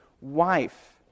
wife